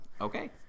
Okay